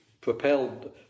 propelled